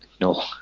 No